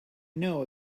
know